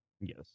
Yes